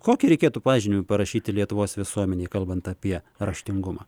kokį reikėtų pažymį parašyti lietuvos visuomenei kalbant apie raštingumą